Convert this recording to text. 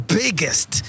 biggest